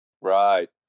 Right